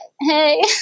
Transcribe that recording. hey